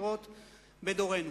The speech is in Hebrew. לראות בדורנו.